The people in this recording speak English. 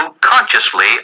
consciously